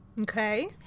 Okay